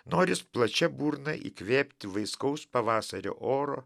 noris plačia burna įkvėpti vaiskaus pavasario oro